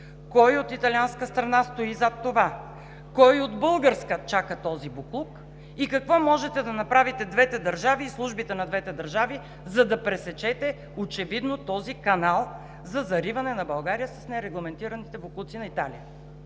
кой от италианска страна стои зад това; кой от българска чака този боклук и какво може да направите двете държави, и службите на двете държави, за да пресечете очевидно този канал за зариване на България с нерегламентираните боклуци на Италия?